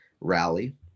rally